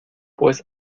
pues